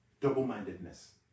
double-mindedness